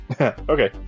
Okay